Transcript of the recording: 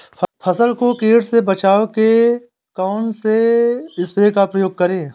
फसल को कीट से बचाव के कौनसे स्प्रे का प्रयोग करें?